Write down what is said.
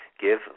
Give